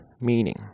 meaning